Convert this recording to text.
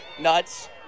nuts